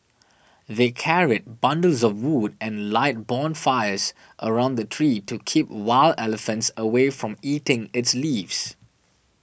they carried bundles of wood and light bonfires around the tree to keep wild elephants away from eating its leaves